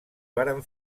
varen